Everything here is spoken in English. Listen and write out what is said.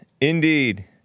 indeed